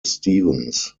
stevens